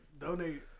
donate